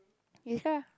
you describe ah